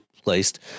placed